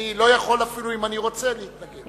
אני לא יכול, אפילו אם אני רוצה, להתנגד.